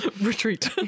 retreat